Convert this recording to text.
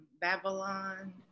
Babylon